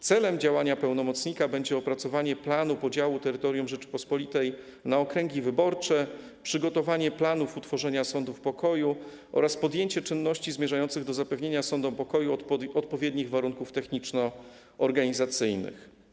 Celem działania pełnomocnika będzie opracowanie planu podziału terytorium Rzeczypospolitej na okręgi wyborcze, przygotowanie planów utworzenia sądów pokoju oraz podjęcie czynności zmierzających do zapewnienia sądom pokoju odpowiednich warunków techniczno-organizacyjnych.